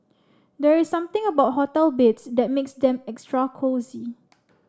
there's something about hotel beds that makes them extra cosy